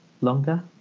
longer